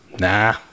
nah